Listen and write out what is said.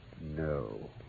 No